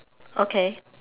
okay